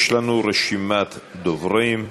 יש לנו רשימת דוברים,